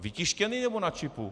Vytištěný, nebo na čipu?